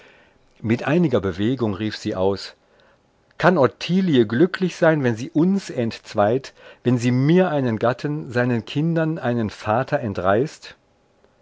mit einiger bewegung rief sie aus kann ottilie glücklich sein wenn sie uns entzweit wenn sie mir einen gatten seinen kindern einen vater entreißt